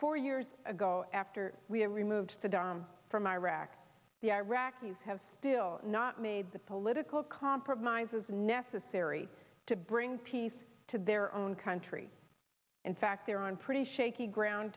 four years ago after we had removed saddam from iraq the iraqis have still not made the political compromises necessary to bring peace to their own country in fact they're on pretty shaky ground